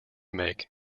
make